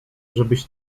żebyś